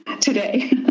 today